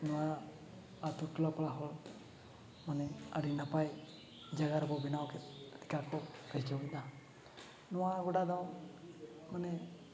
ᱱᱚᱣᱟ ᱟ ᱛᱩ ᱴᱚᱞᱟ ᱯᱟᱲᱟ ᱦᱚᱲ ᱢᱟᱱᱮ ᱟ ᱰᱤ ᱱᱟᱯᱟᱭ ᱡᱟᱜᱟ ᱨᱮᱠᱚ ᱵᱮᱱᱟᱣ ᱠᱮᱫ ᱠᱮᱫᱟ ᱠᱚ ᱠᱮᱲᱪᱚ ᱠᱮᱫᱟ ᱱᱚᱣᱟ ᱜᱚᱰᱟ ᱫᱚ ᱢᱟᱱᱮ